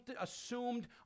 assumed